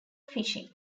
fishing